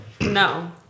No